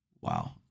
Wow